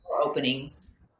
openings